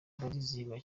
barizihirwa